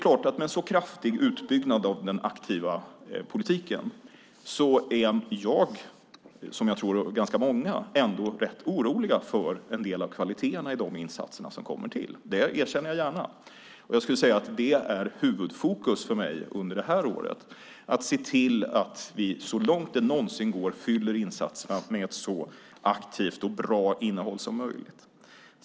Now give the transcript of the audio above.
Med en så kraftig utbyggnad av den aktiva politiken är jag, och jag tror ganska många med mig, ändå rätt orolig för kvaliteten i en del av de insatser som kommer till. Det erkänner jag gärna. Det är huvudfokus för mig under det här året att se till att vi så långt det någonsin går fyller insatserna med så aktivt och bra innehåll som möjligt.